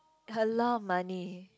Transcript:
a lot of money